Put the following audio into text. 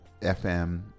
FM